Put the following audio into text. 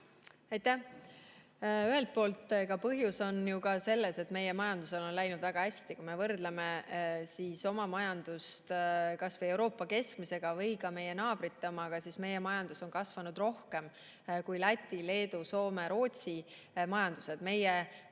Aitäh! Ühelt poolt on põhjus ka selles, et meie majandusel on läinud väga hästi. Kui me võrdleme oma majandust Euroopa keskmisega või ka meie naabrite omaga, siis meie majandus on kasvanud rohkem kui Läti, Leedu, Soome ja Rootsi majandus.